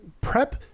PrEP